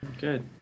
good